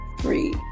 three